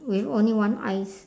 with only one eyes